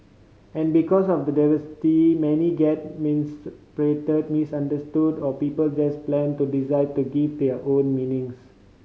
and because of the diversity many get misinterpreted misunderstood or people just plain to decide to give it their own meanings